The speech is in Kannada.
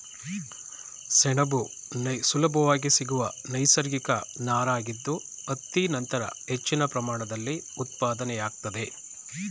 ಸೆಣಬು ಸುಲಭವಾಗಿ ಸಿಗುವ ನೈಸರ್ಗಿಕ ನಾರಾಗಿದ್ದು ಹತ್ತಿ ನಂತರ ಹೆಚ್ಚಿನ ಪ್ರಮಾಣದಲ್ಲಿ ಉತ್ಪಾದನೆಯಾಗ್ತದೆ